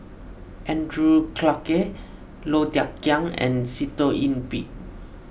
Andrew Clarke Low Thia Khiang and Sitoh Yih Pin